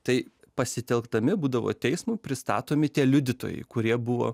tai pasitelkdami būdavo teismui pristatomi tie liudytojai kurie buvo